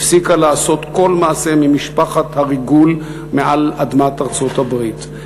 הפסיקה לעשות כל מעשה ממשפחת הריגול על אדמת ארצות-הברית,